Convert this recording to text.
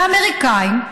והאמריקאים,